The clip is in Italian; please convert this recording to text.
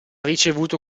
ricevuto